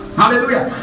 hallelujah